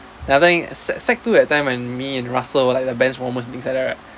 I think sec sec two that time when me and russell like the bench warmers and things like that right